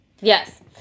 Yes